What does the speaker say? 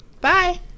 bye